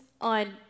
on